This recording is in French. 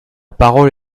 parole